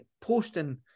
posting